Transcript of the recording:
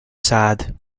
sad